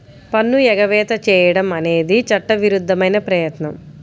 పన్ను ఎగవేత చేయడం అనేది చట్టవిరుద్ధమైన ప్రయత్నం